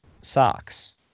socks